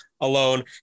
alone